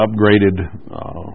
upgraded